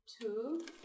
Two